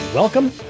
Welcome